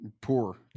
Poor